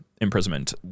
imprisonment